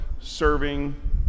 serving